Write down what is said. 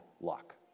luck